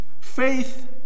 Faith